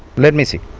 let me check